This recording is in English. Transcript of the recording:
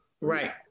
right